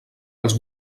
els